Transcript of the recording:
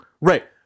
Right